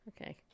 Okay